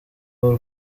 w’u